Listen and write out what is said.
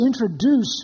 introduce